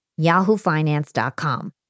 yahoofinance.com